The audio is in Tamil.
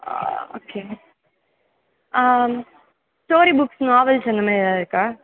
ஓகே ஸ்டோரி புக்ஸ் நாவல்ஸ் அந்தமாதிரி ஏதாவது இருக்கா